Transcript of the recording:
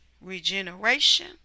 Regeneration